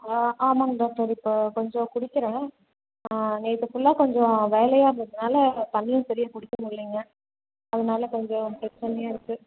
ஆ ஆமாங்க டாக்டர் இப்போ கொஞ்சம் குடிக்கறேன் நேற்று ஃபுல்லாக கொஞ்சம் வேலையாக இருந்ததுனால தண்ணியும் சரியாக குடிக்க முடியலிங்க அதனால் கொஞ்சம் பிரச்சனையாக இருக்கு